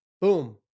boom